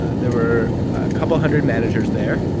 ah there were a couple hundred managers there.